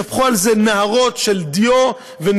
שפכו על זה נהרות של דיו ונאומים.